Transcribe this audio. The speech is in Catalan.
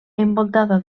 envoltada